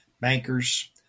bankers